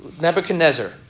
Nebuchadnezzar